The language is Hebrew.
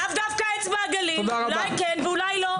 לאו דווקא אצבע הגליל, אולי כן ואולי לא?